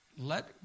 Let